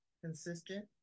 consistent